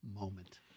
moment